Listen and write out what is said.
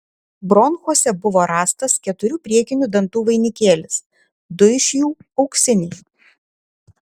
bronchuose buvo rastas keturių priekinių dantų vainikėlis du iš jų auksiniai